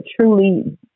truly